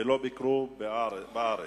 ולא ביקרו בארץ.